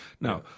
Now